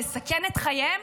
לסכן את חייהם,